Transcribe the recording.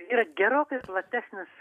yra gerokai platesnis